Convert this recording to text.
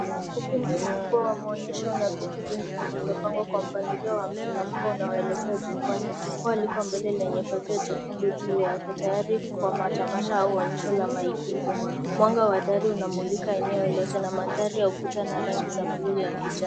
Ukumbi mkubwa wa maonyesho una viti vingi vilivyopangwa kwa mpangilio wa mteremko unaoelekea jukwaani. Jukwaa liko mbele, lenye pazia jekundu juu yake, tayari kwa matamasha au onyesho la maigizo. Mwanga wa dari unamlika eneo lote na mandhari ya ukuta na rangi za bluu-kijani.